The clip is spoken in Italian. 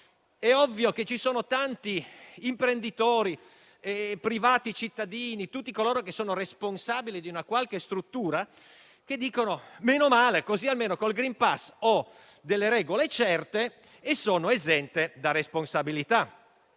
È ovvio che ci sono tanti imprenditori, privati cittadini e tutti coloro che sono responsabili di una qualche struttura che dicono che, per fortuna, con il *green* *pass* ci sono delle regole e sono esenti da responsabilità.